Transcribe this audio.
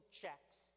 checks